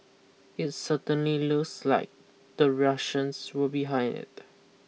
it certainly looks like the Russians were behind it